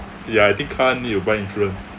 ya I think car need to buy insurance